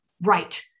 right